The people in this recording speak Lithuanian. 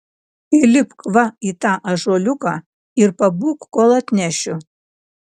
įlipk va į tą ąžuoliuką ir pabūk kol atnešiu